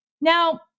Now